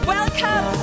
Welcome